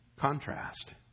contrast